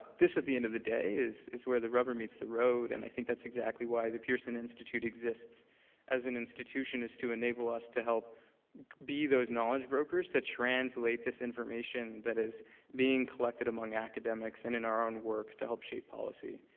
this at the end of the day is is where the rubber meets the road, and i think that's exactly why the pearson institute exists as an institution is to enable us to help be those knowledge brokers, to translate this information that is being collected among academics and in our own work to help shape policy,